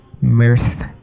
mirth